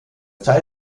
teil